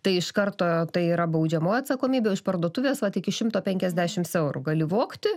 tai iš karto tai yra baudžiamoji atsakomybė o iš parduotuvės vat iki šimto penkiasdešims eurų gali vogti